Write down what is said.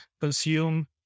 consume